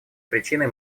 причиной